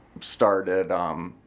started